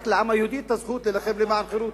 רק לעם היהודי יש הזכות להילחם למען חירות?